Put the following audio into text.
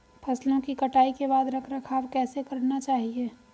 फसलों की कटाई के बाद रख रखाव कैसे करना चाहिये?